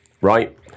right